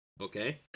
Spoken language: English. Okay